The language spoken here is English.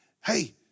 hey